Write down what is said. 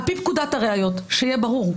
שיהיה ברור,